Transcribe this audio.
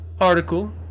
article